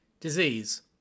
Disease